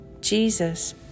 Jesus